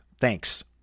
Thanks